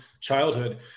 childhood